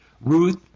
Ruth